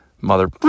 mother